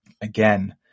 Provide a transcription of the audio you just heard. again